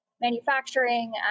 manufacturing